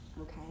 okay